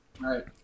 Right